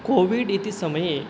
COVID इति समये